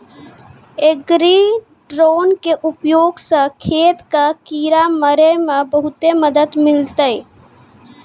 agri drone के उपयोग स खेत कॅ किड़ा मारे मॅ बहुते मदद मिलतै